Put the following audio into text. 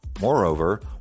Moreover